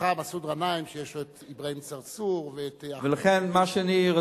זכה מסעוד גנאים שיש לו אברהים צרצור ואת אחמד טיבי ואת טלב אלסאנע.